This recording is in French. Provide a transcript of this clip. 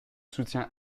soutien